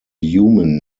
human